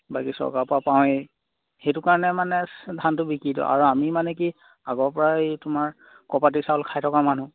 বাকী চৰকাৰৰ পৰা পাওঁৱেই সেইটো কাৰণে মানে ধানটো বিকি দিওঁ আৰু আমি মানে কি আগৰপৰাই এই তোমাৰ ক'পাৰটিভ চাউল খাই থকা মানুহ